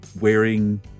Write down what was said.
wearing